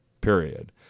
period